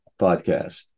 podcast